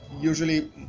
Usually